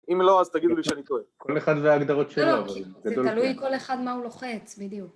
אם לא אז תגידו לי שאני טועה. כל אחד והגדרות שלו. זה תלוי כל אחד מה הוא לוחץ, בדיוק.